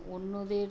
অন্যদের